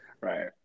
Right